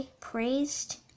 praised